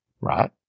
right